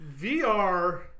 VR